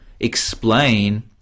explain